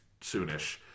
soonish